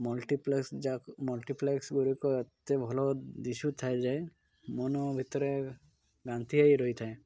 multiplex ଯାକ multiplex ଗୁଡ଼ିକ ଏତେ ଭଲ ଦିଶୁଥାଏ ଯେ ମନ ଭିତରେ ଗାନ୍ତି ହେଇ ରହିଥାଏ